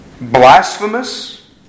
blasphemous